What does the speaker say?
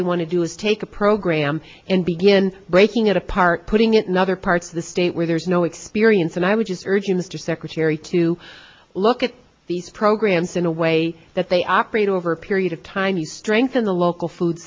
they want to do is take a program and begin breaking it apart putting it in other parts of the state where there's no experience and i would just urge you mr secretary to look at these programs in a way that they operate over a period of time you strengthen the local food